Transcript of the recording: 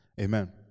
Amen